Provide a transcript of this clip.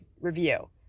review